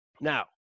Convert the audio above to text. now